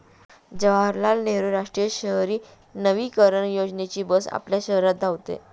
जवाहरलाल नेहरू राष्ट्रीय शहरी नवीकरण योजनेची बस आपल्या शहरात धावते